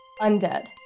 Undead